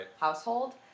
household